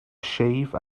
shave